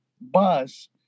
bus